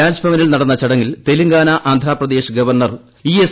രാജ് ഭവനിൽ നടന്ന ചടങ്ങിൽ Telangana Andhra Pradesh governor E S